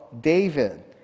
david